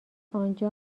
آنجا